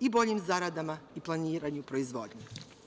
i boljim zaradama i planiranju proizvodnje.